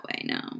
No